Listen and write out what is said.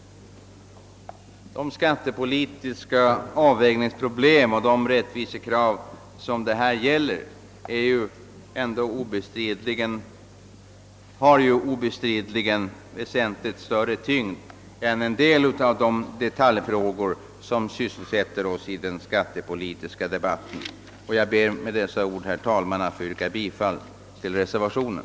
De skattepolitiska avvägningsproblem och de rättvisekrav som det här gäller är ändå av väsentligt större vikt än vissa av de detaljfrågor som sysselsätter oss i den skattepolitiska debatten. Herr talman! Jag ber att med dessa ord få yrka bifall till reservationen,